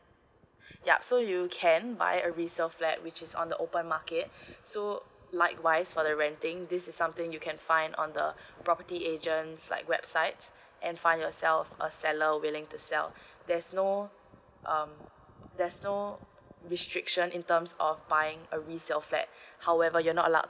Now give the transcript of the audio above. yup so you can buy a resale flat which is on the open market so likewise for the renting this is something you can find on the property agents like websites and find yourself a seller willing to sell there's no uh there's no restriction in terms of buying a resale flat however you're not allowed